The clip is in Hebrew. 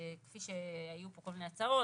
היו פה כל מיני הצעות,